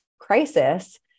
crisis